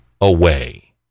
away